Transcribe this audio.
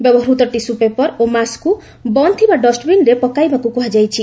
ବ୍ୟବହୃତ tissue paper ଓ ମାସ୍କକୁ ବନ୍ଦ୍ ଥିବା ଡଷ୍ଟବିନ୍ରେ ପକାଇବାକୁ କୁହାଯାଇଛି